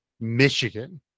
michigan